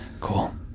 cool